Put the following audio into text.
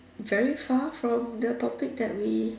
very far from the topic that we